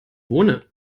wohne